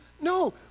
No